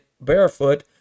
barefoot